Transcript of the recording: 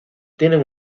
tienen